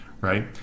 right